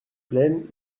pleine